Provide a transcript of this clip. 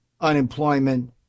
unemployment